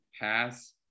pass